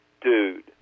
dude